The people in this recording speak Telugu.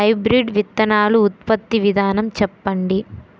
హైబ్రిడ్ విత్తనాలు ఉత్పత్తి విధానం చెప్పండి?